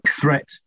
threat